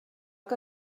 que